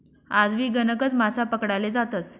आजबी गणकच मासा पकडाले जातस